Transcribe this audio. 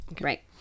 right